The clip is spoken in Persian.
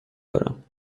دارم